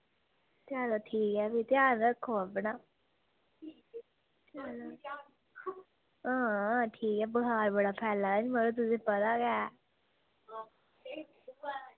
चलो ठीक ऐ फ्ही ध्यान रक्खो अपना हां ठीक ऐ बखार बड़ा फैला दा नी मड़ो तुसेंगी पता गै ऐ